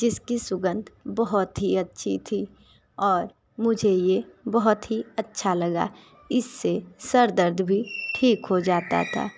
जिसकी सुगंध बहुत ही अच्छी थी और मुझे ये बहुत ही अच्छा लगा इससे सर दर्द भी ठीक हो जाता था